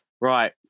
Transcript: Right